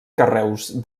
carreus